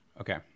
Okay